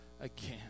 again